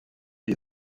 des